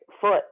foot